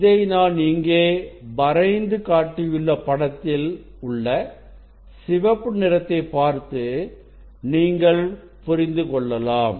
இதை நான் இங்கே வரைந்து காட்டியுள்ள படத்தில் உள்ள சிவப்பு நிறத்தை பார்த்து நீங்கள் புரிந்து கொள்ளலாம்